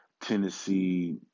Tennessee